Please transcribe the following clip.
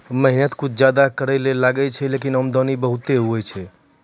मेहनत कुछ ज्यादा करै ल लागै छै, लेकिन आमदनी बहुत होय छै